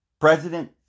President